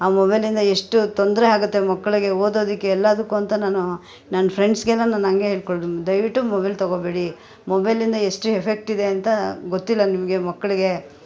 ಆ ಮೊಬೈಲಿಂದ ಎಷ್ಟು ತೊಂದರೆ ಆಗುತ್ತೆ ಮಕ್ಕಳಿಗೆ ಓದೋದಕ್ಕೆ ಎಲ್ಲದಕ್ಕೂ ಅಂತ ನಾನು ನನ್ನ ಫ್ರೆಂಡ್ಸ್ಗೆಲ್ಲ ನಾನು ಹಂಗೇ ಹೇಳ್ಕೊ ದಯವಿಟ್ಟು ಮೊಬೈಲ್ ತಗೊಬೇಡಿ ಮೊಬೈಲಿಂದ ಎಷ್ಟು ಎಫೆಕ್ಟ್ ಇದೆ ಅಂತ ಗೊತ್ತಿಲ್ಲ ನಿಮಗೆ ಮಕ್ಕಳಿಗೆ